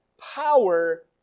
power